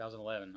2011